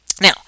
Now